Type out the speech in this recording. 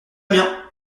bien